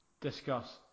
Discuss